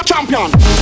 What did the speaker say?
Champion